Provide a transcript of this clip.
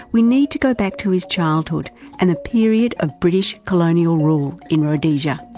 we need to go back to his childhood and the period of british colonial rule in rhodesia.